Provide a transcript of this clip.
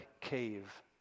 cave